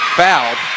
fouled